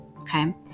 Okay